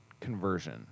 conversion